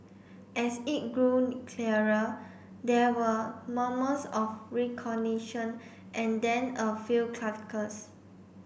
as it grew clearer there were murmurs of recognition and then a few chuckles